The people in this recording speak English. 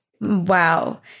Wow